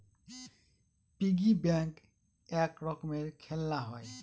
piggy bank এক রকমের খেলনা হয়